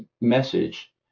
message